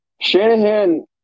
Shanahan